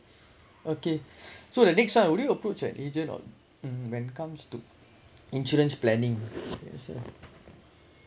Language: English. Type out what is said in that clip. okay so the next one only approach an agent on mm when it comes to insurance planning